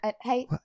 Hey